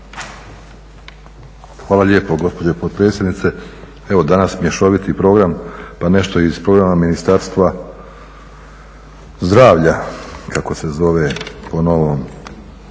Hvala lijepo gospođo potpredsjednice. Evo danas mješoviti program pa nešto iz programa Ministarstva zdravlja kako se zove po novom.